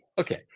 Okay